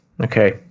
Okay